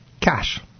cash